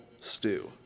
stew